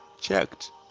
checked